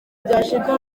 byashyirwa